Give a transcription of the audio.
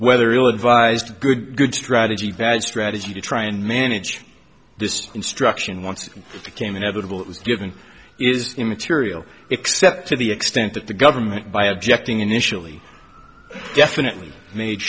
whether you advised good good strategy bad strategy to try and manage this instruction once it became inevitable it was given is immaterial except to the extent that the government by objecting initially definitely made